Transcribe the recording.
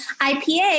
IPA